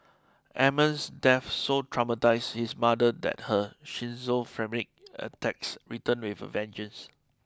Amman's death so traumatised his mother that her schizophrenic attacks returned with a vengeance